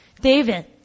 David